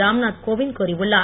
ராம்நாத் கோவிந்த் கூறியுள்ளார்